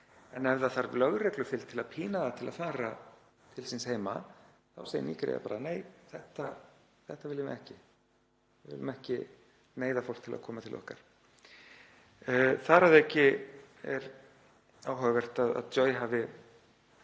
en ef það þarf lögreglufylgd til að pína það til að fara til síns heima þá segir Nígería bara: Nei, þetta viljum við ekki. Við viljum ekki neyða fólk til að koma til okkar. Þar að auki er áhugavert að Joy sé